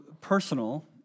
personal